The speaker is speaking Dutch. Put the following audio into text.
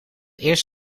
eerst